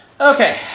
Okay